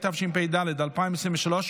התשפ"ד 2023,